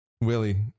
Willie